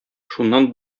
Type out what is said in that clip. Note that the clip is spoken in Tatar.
шуннан